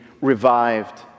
revived